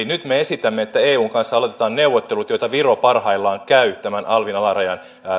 nyt me esitämme että eun kanssa aloitetaan neuvottelut joita viro parhaillaan käy tämän alvin alarajan